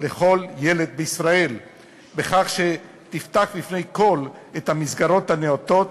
לכל ילד בישראל בכך שתפתח בפני כול את המסגרות הנאותות